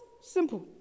simple